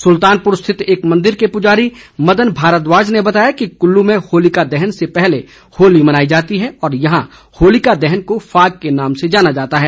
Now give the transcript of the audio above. सुल्तानपुर स्थित एक मंदिर के पुजारी मदन भारद्वाज ने बताया कि कुल्लू में होलिका दहन से पहले होली मनाई जाती है और यहां होलिका दहन को फाग के नाम से जाना जाता है